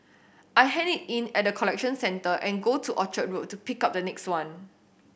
I hand it in at the collection centre and go to Orchard Road to pick up the next one